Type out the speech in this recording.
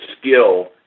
skill